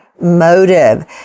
motive